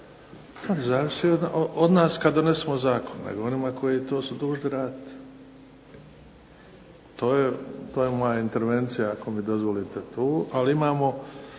Zavisi od nas kad donesemo zakon, nego onima koji su to dužni raditi. To je moja intervencija ako mi dozvolite tu. Ali imamo